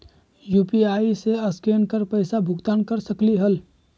UPI से scan कर पईसा भुगतान कर सकलीहल?